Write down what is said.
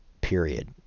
period